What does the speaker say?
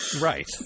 Right